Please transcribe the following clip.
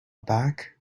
back